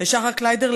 לשחר קליידר,